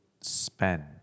spend